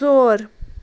ژور